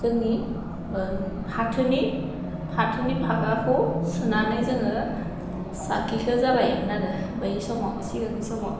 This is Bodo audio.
जोंनि फाथोनि फागाखौ सोनानै जोङो साथिखौ जलायोमोन आरो बै समाव सिगांनि समाव